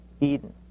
Eden